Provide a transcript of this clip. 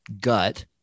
gut